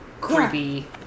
creepy